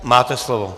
Máte slovo.